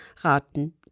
raten